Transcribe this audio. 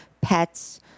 pets